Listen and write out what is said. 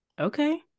okay